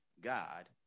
God